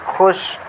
خوش